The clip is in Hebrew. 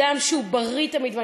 אדם שהוא בריא תמיד,